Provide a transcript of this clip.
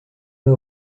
meu